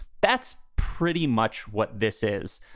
that's pretty much what this is.